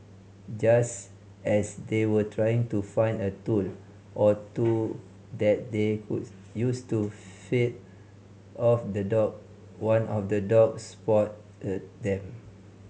just as they were trying to find a tool or two that they could use to fend off the dog one of the dogs spot them